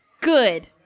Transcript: Good